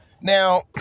Now